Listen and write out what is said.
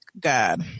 God